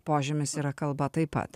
požymis yra kalba taip pat